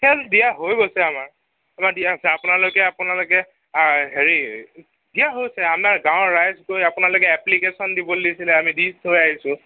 সেয়াটো দিয়া হৈ গৈছে আমাৰ আমাৰ দিয়া হৈছে আপোনালোকে আপোনালোকে হেৰি দিয়া হৈছে আমাৰ গাঁৱৰ ৰাইজ গৈ আপোনালোকে এপ্লিকেছন দিবলৈ দিছিলে আমি দি থৈ আহিছোঁ